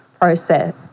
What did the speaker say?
process